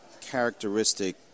characteristic